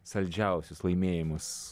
saldžiausius laimėjimus